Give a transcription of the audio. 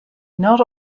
not